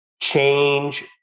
change